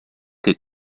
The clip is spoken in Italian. che